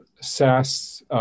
SaaS